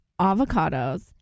avocados